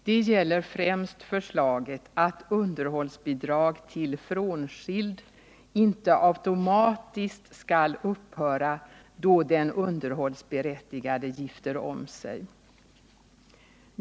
Det gäller främst förslaget att underhållsbidrag till frånskild inte automatiskt skall upphöra då den underhållsberättigade gifter om sig.